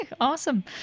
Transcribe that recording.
awesome